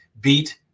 beat